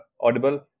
audible